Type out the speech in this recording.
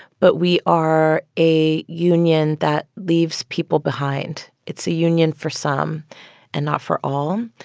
but we are a union that leaves people behind. it's a union for some and not for all.